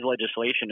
legislation